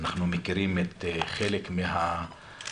אנחנו מכירים את חלק מהמשפחות.